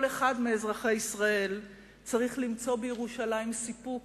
כל אחד מאזרחי ישראל צריך למצוא בירושלים סיפוק